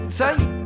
tight